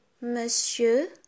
Monsieur